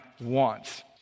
wants